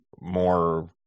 more